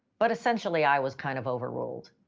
but essentially i was kind of overruled.